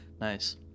Nice